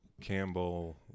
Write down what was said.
campbell